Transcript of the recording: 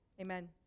Amen